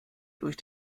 durch